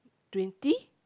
twenty